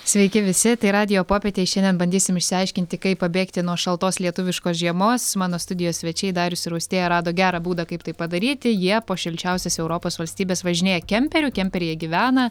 sveiki visi tai radijo popietėj šiandien bandysim išsiaiškinti kaip pabėgti nuo šaltos lietuviškos žiemos mano studijos svečiai darius ir austėja rado gerą būdą kaip tai padaryti jie po šilčiausias europos valstybes važinėja kemperiu kemperyje gyvena